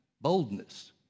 boldness